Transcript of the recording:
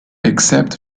except